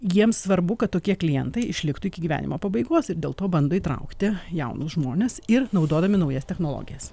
jiems svarbu kad tokie klientai išliktų iki gyvenimo pabaigos ir dėl to bando įtraukti jaunus žmones ir naudodami naujas technologijas